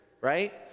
Right